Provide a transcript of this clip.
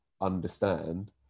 understand